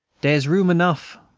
dere's room enough,